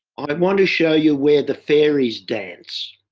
i want to show you where the fairies dance.